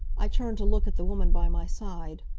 i turned to look at the woman by my side.